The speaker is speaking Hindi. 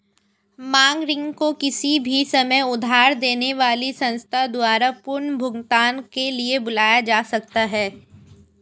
मांग ऋण को किसी भी समय उधार देने वाली संस्था द्वारा पुनर्भुगतान के लिए बुलाया जा सकता है